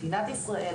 מדינת ישראל,